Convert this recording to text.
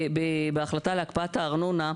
בהחלטה על הקפאת הארנונה,